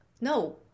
no